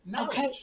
Okay